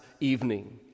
evening